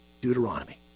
Deuteronomy